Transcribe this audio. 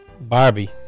Barbie